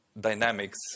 dynamics